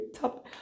top